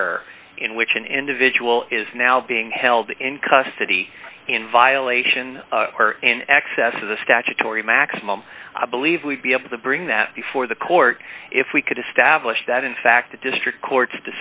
error in which an individual is now being held in custody in violation or in excess of the statutory maximum i believe we'd be able to bring that before the court if we could establish that in fact the district court's